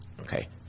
okay